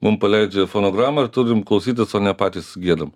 mum paleidžia fonogramą ir turim klausytis o ne patys giedam